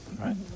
right